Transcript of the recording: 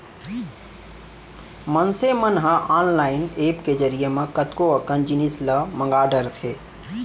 मनसे मन ह ऑनलाईन ऐप के जरिए म कतको अकन जिनिस ल मंगा डरथे